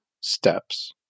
steps